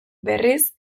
berriz